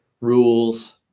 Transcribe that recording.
rules